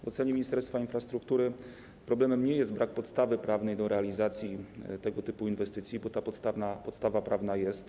W ocenie Ministerstwa Infrastruktury problemem nie jest brak podstawy prawnej do realizacji tego typu inwestycji, bo ta podstawa prawna jest.